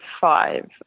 five